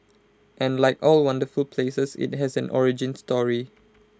and like all wonderful places IT has an origin story